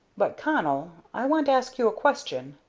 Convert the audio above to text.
but, connell, i want to ask you a question.